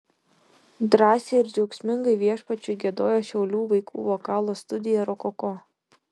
drąsiai ir džiaugsmingai viešpačiui giedojo šiaulių vaikų vokalo studija rokoko